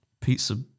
Pizza